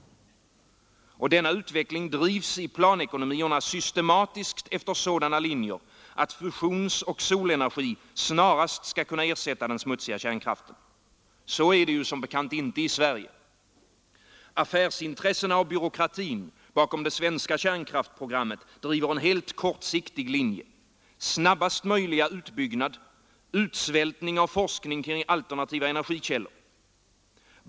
Denna utveckling drivs i planekonomierna systematiskt efter sådana linjer att fusionsoch solenergi snarast skall kunna ersätta den smutsiga kärnkraften. Så är det som bekant inte i Sverige. Affärsintressena och byråkratin bakom det svenska kärnkraftsprogrammet driver en helt kortsiktig linje — snabbaste möjliga utbyggnad, utsvältning av forskning kring alternativa energikällor.